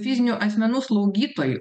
fizinių asmenų slaugytojų